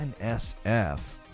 NSF